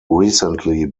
recently